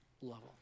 level